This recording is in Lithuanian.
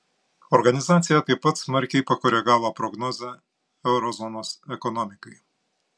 organizacija taip pat smarkiai pakoregavo prognozę euro zonos ekonomikai